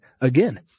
again